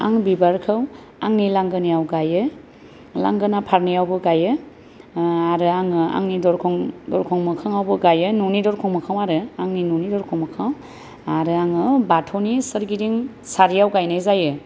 आं बिबारखौ आंनि लांगोनायाव गायो लांगोना फारनैयावबो गायो आरो आङो आंनि दरखं मोखाङावबो गायो न'नि दरखं मोखाङाव आरो आंनि न'नि दरखं मोखाङाव आरो आङो बाथौनि सोरगिदिं सारियाव गायनाय जायो